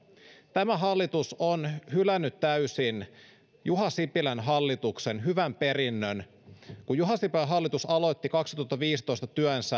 tämä hallitus on hylännyt täysin juha sipilän hallituksen hyvän perinnön kun juha sipilän hallitus aloitti kaksituhattaviisitoista työnsä